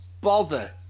bother